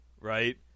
right